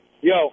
Yo